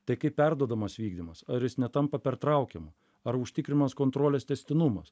tai kai perduodamas vykdymas ar jis netampa pertraukiamu ar užtikrinamas kontrolės tęstinumas